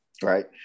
right